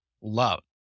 love